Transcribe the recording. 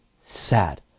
sad